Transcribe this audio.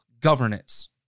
governance